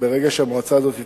ברגע שהמועצה הזאת תקום,